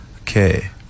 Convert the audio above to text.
Okay